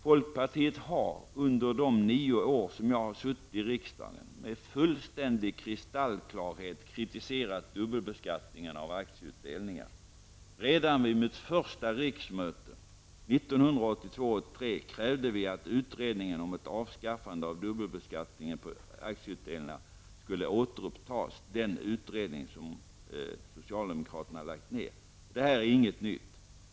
Folkpartiet har under de nio år som jag har suttit i riksdagen med fullständig kristallklarhet kritiserat dubbelbeskattningen av aktieutdelningar. Redan vid mitt första riksmöte 1982/83 krävde vi att utredningen om ett avskaffande av dubbelbeskattningen på aktieutdelningar skulle återupptas, den utredning som socialdemokraterna lagt ned. Det här är inget nytt.